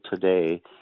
today